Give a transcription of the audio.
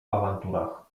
awanturach